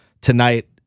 tonight